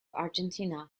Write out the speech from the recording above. argentina